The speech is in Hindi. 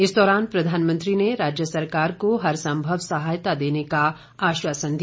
इस दौरान प्रधानमंत्री ने राज्य सरकार को हरसंभव सहायता देने का आश्वासन दिया